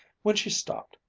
when she stopped,